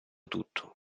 tutto